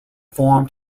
form